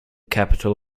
capital